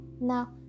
Now